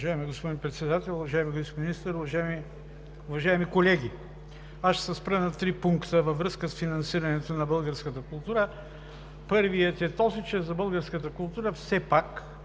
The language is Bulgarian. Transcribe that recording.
Уважаеми господин Председател, уважаеми господин Министър, уважаеми колеги! Аз ще се спра на три пункта във връзка с финансирането на българската култура. Първият е този, че за българската култура все пак